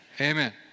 Amen